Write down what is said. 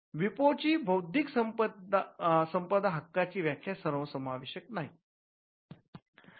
विपो ची बौद्धिक संपदा हक्कांची व्याख्या सर्वसमावेशक नाही